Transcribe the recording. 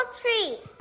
treat